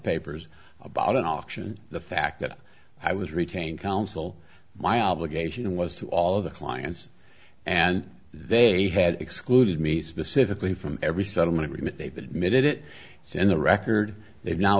papers about an auction the fact that i was retained counsel my obligation was to all of the clients and they had excluded me specifically from every settlement agreement they've admitted it so in the record they've now